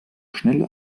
schnelle